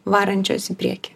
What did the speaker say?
varančios į priekį